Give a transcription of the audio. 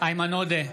איימן עודה,